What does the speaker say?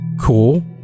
Cool